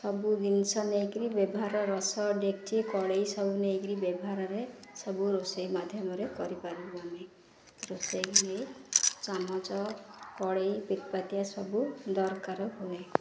ସବୁ ଜିନିଷ ନେଇକିରି ବ୍ୟବହାର ରସ ଡେକିଚି କଡ଼େଇ ସବୁ ନେଇକିରି ବ୍ୟବହାରରେ ସବୁ ରୋଷେଇ ମାଧ୍ୟମରେ କରିପାରିବୁ ଆମେ ରୋଷେଇ ନେଇ ଚାମଚ କଡ଼େଇ ପିଥାପାତିଆ ସବୁ ଦରକାର ହୁଏ